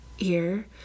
ear